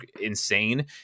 insane